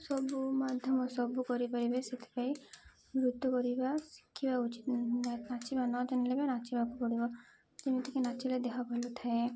ସବୁ ମାଧ୍ୟମ ସବୁ କରିପାରିବେ ସେଥିପାଇଁ ନୃତ୍ୟ କରିବା ଶିଖିବା ଉଚିତ୍ ନାଚିବା ନ ଜାଣିଲେ ବି ନାଚିବାକୁ ପଡ଼ିବ ଯେମିତିକି ନାଚିଲେ ଦେହ ଭଲ ଥାଏ